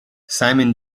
simon